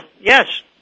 Yes